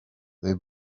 they